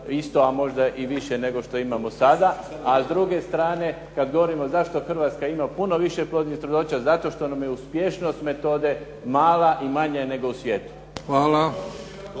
isto, a možda i više nego što imamo sada. A s druge strane kad govorimo zašto Hrvatska ima puno višeplodnih trudnoća. Zato što nam je uspješnost metode mala i manja nego u svijetu.